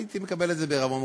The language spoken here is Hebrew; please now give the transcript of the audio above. הייתי מקבל את זה בעירבון מוגבל.